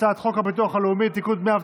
הצעת חוק הביטוח הלאומי (תיקון,